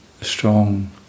Strong